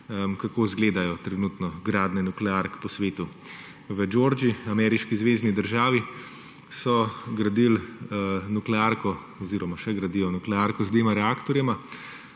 izgledajo gradnje nukleark po svetu. V Georgiji, ameriški zvezni državi, so gradili nuklearko oziroma še gradijo nuklearko z dvema reaktorjema,